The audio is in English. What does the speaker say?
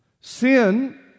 Sin